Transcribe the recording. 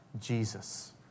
Jesus